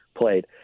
played